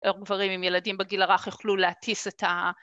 גברים עם ילדים בגיל הרך יוכלו להטיס את ה...